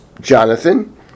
Jonathan